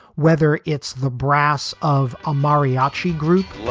whether it's the brass of a mariachi group